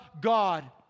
God